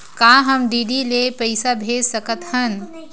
का हम डी.डी ले पईसा भेज सकत हन?